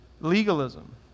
Legalism